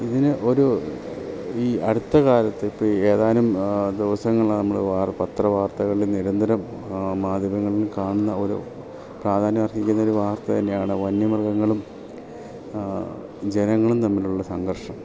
ഇതിന് ഒരു ഈ അടുത്ത കാലത്തിപ്പീ ഏതാനും ദിവസങ്ങൾ നമ്മൾ വാർത്ത പത്രം വാർത്തകളിൽ നിരന്തരം മാധ്യമങ്ങളിൽ കാണുന്ന ഒരു പ്രാധാന്യം അർഹിക്കുന്ന ഒരു വാർത്ത തന്നെയാണ് വന്യമൃഗങ്ങളും ജനങ്ങളും തമ്മിൽ ഉള്ള സംഘർഷം